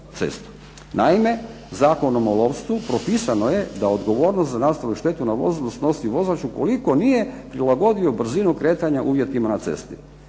Naime, zakonom o lovstvu propisano je da odgovornost za nastalu štetu na vozilu snosi vozač ukoliko nije prilagodio brzinu kretanja uvjetima na cesti,